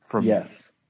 Yes